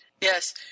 Yes